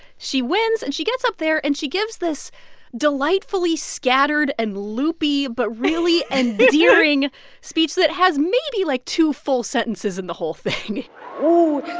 she wins. and she gets up there. and she gives this delightfully scattered and loopy but really endearing speech that has maybe, like, two full sentences in the whole thing oh,